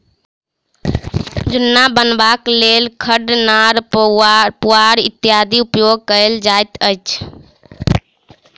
जुन्ना बनयबाक लेल खढ़, नार, पुआर इत्यादिक उपयोग कयल जाइत अछि